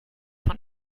von